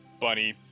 bunny